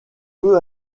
peut